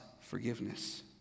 forgiveness